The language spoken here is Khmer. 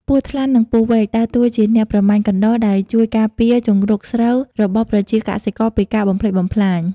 ពស់ថ្លាន់ និងពស់វែក ដើរតួជាអ្នកប្រមាញ់កណ្ដុរ ដែលជួយការពារជង្រុកស្រូវរបស់ប្រជាកសិករពីការបំផ្លិចបំផ្លាញ។